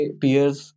peers